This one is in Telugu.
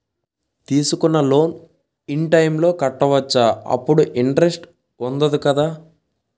తీసుకున్న లోన్ ఇన్ టైం లో కట్టవచ్చ? అప్పుడు ఇంటరెస్ట్ వుందదు కదా?